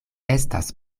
estas